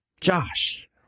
Josh